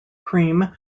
cream